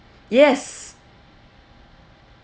yes